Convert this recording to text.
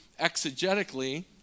exegetically